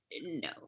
no